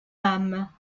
âme